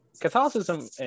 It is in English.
Catholicism